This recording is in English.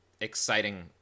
exciting